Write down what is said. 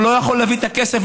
והוא לא יכול להביא את הכסף,